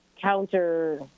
counter